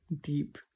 deep